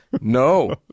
No